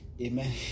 Amen